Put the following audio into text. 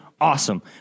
Awesome